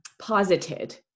posited